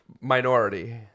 minority